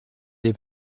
dei